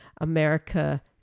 America